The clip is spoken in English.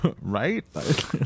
Right